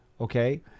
okay